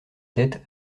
têtes